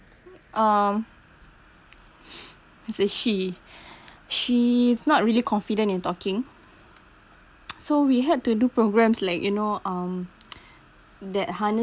um it's a she she is not really confident in talking so we had to do programs like you know um that harness